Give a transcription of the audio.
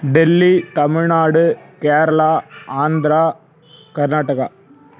Delhi Tamil Nadu Kerala Andhra Karnataka